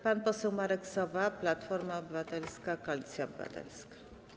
Pan poseł Marek Sowa, Platforma Obywatelska - Koalicja Obywatelska.